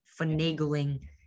finagling